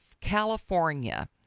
California